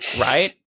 right